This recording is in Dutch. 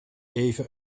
even